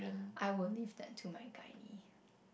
I will leave that to my gynae